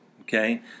okay